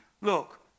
look